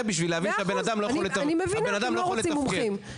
בשביל להבין שהבנאדם לא יכול לתפקד.